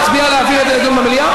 נצביע להעביר את זה לדיון במליאה?